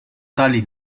tali